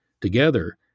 together